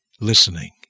listening